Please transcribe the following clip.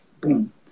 boom